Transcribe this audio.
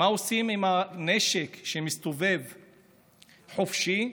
מה עושים עם הנשק שמסתובב חופשי,